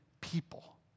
people